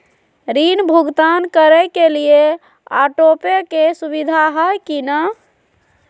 ऋण भुगतान करे के लिए ऑटोपे के सुविधा है की न?